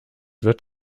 wird